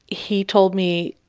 he told me,